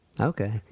Okay